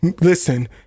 Listen